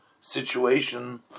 situation